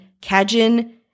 Kajin